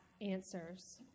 answers